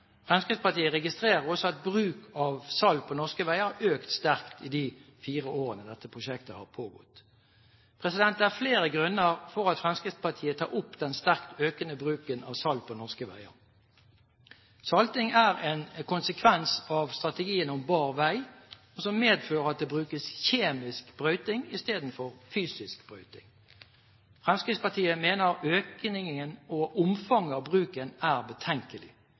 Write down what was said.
Fremskrittspartiet registrerer også at bruk av salt på norske veier har økt sterkt i de fire årene dette prosjektet har pågått. Det er flere grunner til at Fremskrittspartiet tar opp den sterkt økende bruken av salt på norske veier. Salting er en konsekvens av strategien om bar vei, som medfører at det brukes kjemisk brøyting i stedet for fysisk brøyting. Fremskrittspartiet mener økningen og omfanget av bruken er betenkelig.